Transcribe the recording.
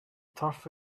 turf